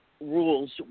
rules